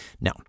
Now